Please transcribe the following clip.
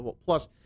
plus